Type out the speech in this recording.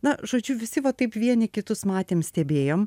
na žodžiu visi va taip vieni kitus matėm stebėjom